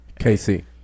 KC